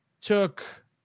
took